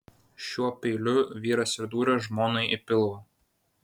šiuo peiliu vyras ir dūrė žmonai į pilvą